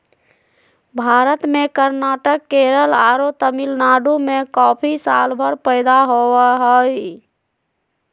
भारत में कर्नाटक, केरल आरो तमिलनाडु में कॉफी सालभर पैदा होवअ हई